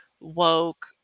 woke